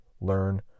learn